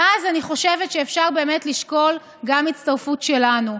ואז אני חושבת שאפשר באמת לשקול גם הצטרפות שלנו.